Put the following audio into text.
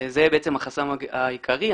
זה בעצם החסם העיקרי.